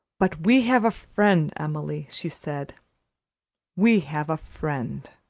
but we have a friend, emily, she said we have a friend.